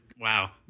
wow